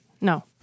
no